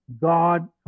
God